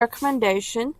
recommendation